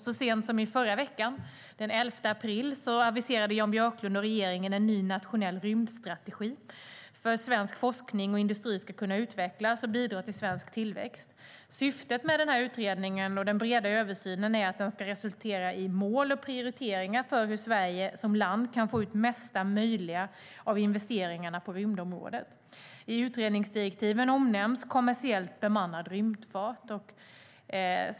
Så sent som i förra veckan, den 11 april, aviserade Jan Björklund och regeringen en ny nationell rymdstrategi för att svensk forskning och industri ska kunna utvecklas och bidra till svensk tillväxt. Syftet med utredningen och den breda översynen är att de ska resultera i mål och prioriteringar för hur Sverige som land ska kunna få ut mesta möjliga av investeringarna på rymdområdet. I utredningsdirektiven omnämns kommersiellt bemannad rymdfart.